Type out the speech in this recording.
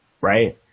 right